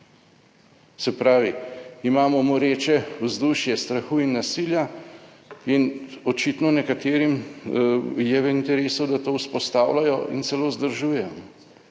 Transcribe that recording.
Se pravi, imamo moreče vzdušje strahu in nasilja in očitno nekaterim je v interesu, da to vzpostavljajo in celo vzdržujejo.